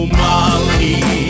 molly